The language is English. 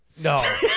No